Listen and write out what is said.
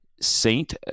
Saint